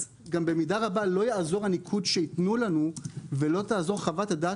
אז במידה רבה גם לא יעזור הניקוד שיתנו לנו ולא תעזור חוות הדעת